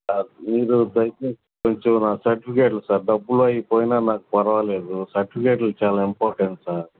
sir మీరు దయచేసి కొంచెం నా సర్టిఫికేట్లు సార్ డబ్బులు అవి పోయినా నాకు పర్వాలేదు సర్టిఫికేట్లు చాలా ఇంపార్టెంట్ సార్